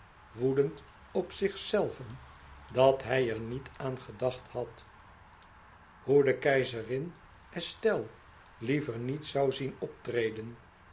woedend op zichzelven dat hij er niet aan gedacht had hoe de keizerin estelle liever niet zoû zien optreden